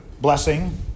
blessing